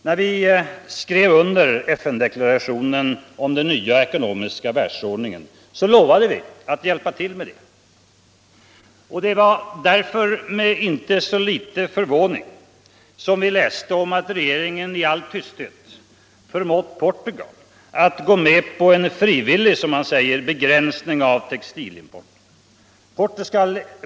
När vi skrev under FN-dokumentet om en ny ekonomisk världsordning, lovade vi att hjälpa till med detta. Det var därför med inte så liten förvåning vi läste om att regeringen i all tysthet förmått Portugal att gå med på en ”frivillig” begränsning av textilimporten.